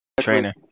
trainer